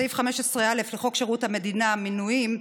סעיף 15(א) לחוק שירות המדינה (מינויים)